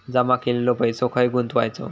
जमा केलेलो पैसो खय गुंतवायचो?